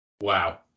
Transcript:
Wow